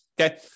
Okay